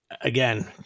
again